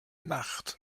nacht